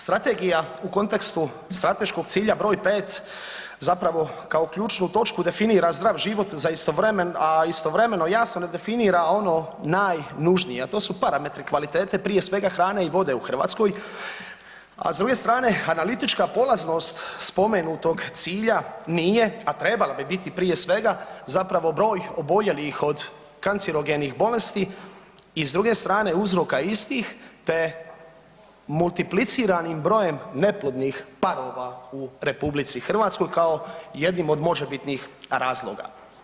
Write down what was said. Strategija u kontekstu strateškog cilja broj 5. Zapravo kao ključnu točku definira zdrav život, a istovremeno jasno ne definira ono najnužnije, a to su parametri kvalitete prije svega hrane i vode u Hrvatskoj, a s druge strane analitička polaznost spomenutog cilja nije a trebala bi biti prije svega zapravo broj oboljelih od kancerogenih bolesti i s druge strane uzroka istih, te multipliciranim brojem neplodnih parova u RH kao jednim od možebitnih razloga.